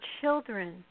children